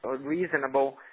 reasonable